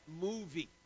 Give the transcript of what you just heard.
movie